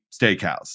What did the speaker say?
steakhouse